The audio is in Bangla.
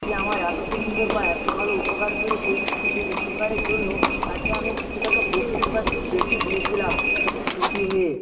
সে আমার এতো সুন্দর বা এতো ভালো উপকার করেছে সেই উপকারের জন্য তাকে আমি কিছু টাকা বকশিশ বা একটু বেশি দিয়েছিলাম সেটা খুশি হয়ে